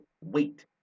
wait